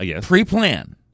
pre-plan